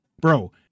Bro